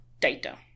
data